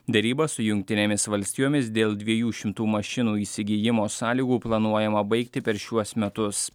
derybas su jungtinėmis valstijomis dėl dviejų šimtų mašinų įsigijimo sąlygų planuojama baigti per šiuos metus